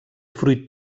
fruit